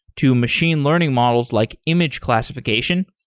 to machine learning models, like image classification,